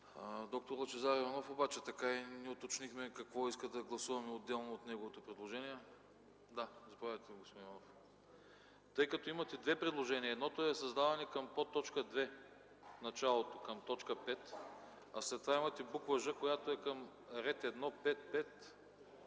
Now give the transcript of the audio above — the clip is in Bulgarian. Доктор Лъчезар Иванов – така и не уточнихме, какво иска да гласуваме отделно от неговото предложение. Заповядайте, господин Иванов, тъй като имате две предложения – едното е създаване към подточка 2, в началото, към точка 5, а след това имате буква „ж”, която е към ред 1.5.5.